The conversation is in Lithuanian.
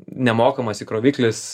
nemokamas įkroviklis